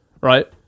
right